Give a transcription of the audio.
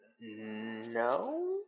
No